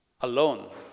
alone